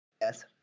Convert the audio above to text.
Yes